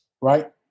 Right